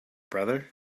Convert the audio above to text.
brother